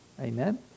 amen